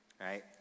right